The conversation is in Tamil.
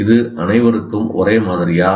இது அனைவருக்கும் ஒரே மாதிரியா